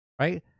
right